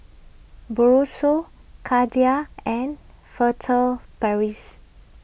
Brosol Kordel's and Furtere Paris